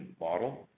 model